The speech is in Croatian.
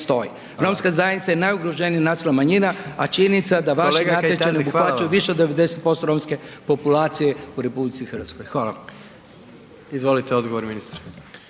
Romska zajednica je najugroženija nacionalna manjina a činjenica je da vaši natječaji ne obuhvaćaju više od 90% romske populacije u RH, hvala. **Jandroković, Gordan (HDZ)** Izvolite odgovor, ministre.